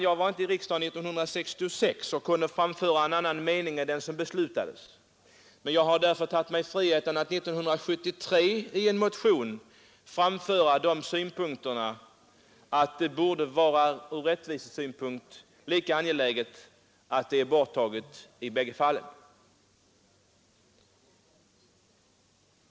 Jag var inte i riksdagen 1966 och kunde inte framföra en annan mening än den som beslutades. Jag har därför tagit mig friheten att 1973 i en motion framföra synpunkten att det borde vara ur rättvissynpunkt angeläget att licensen är borttagen i bägge fallen.